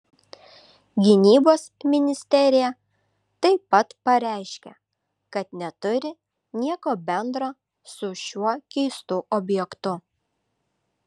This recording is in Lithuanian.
gynybos ministerija taip pat pareiškė kad neturi nieko bendro su šiuo keistu objektu